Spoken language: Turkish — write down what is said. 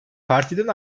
partiden